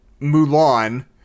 Mulan